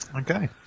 Okay